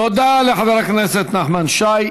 תודה לחבר הכנסת נחמן שי.